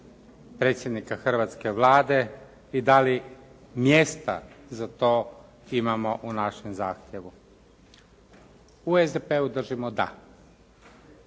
predsjednika hrvatske Vlade i da li mjesta za to imamo u našem zahtjevu. U SDP-u držimo da